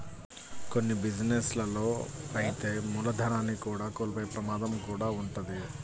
కొన్ని బిజినెస్ లలో అయితే మూలధనాన్ని కూడా కోల్పోయే ప్రమాదం కూడా వుంటది